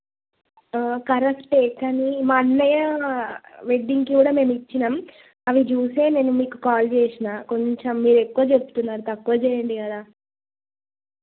correct కానీ మా అన్నయ్య వెడ్డింగ్కి కూడా మేము ఇచ్చిన్నాం అవి చూసే నేను మీకు కాల్ చేసిన కొంచెం మీరు ఎక్కువ చెప్తున్నారు తక్కువ చేయండి కదా